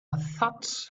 thud